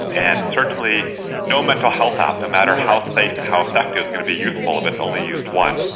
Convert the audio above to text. and certainly no mental health app, no matter how safe and how effective, is going to be useful if it's only used once.